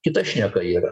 kita šneka yra